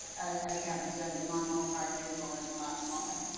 as kevin said the guatemalan park vehicle is a lot smaller.